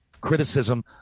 criticism